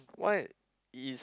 why is